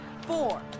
four